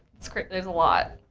there's a lot.